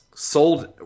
Sold